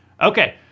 Okay